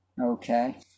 Okay